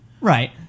Right